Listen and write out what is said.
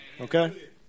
okay